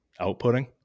outputting